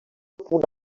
punt